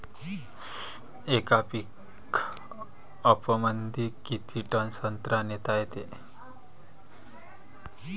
येका पिकअपमंदी किती टन संत्रा नेता येते?